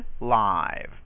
live